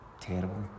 terrible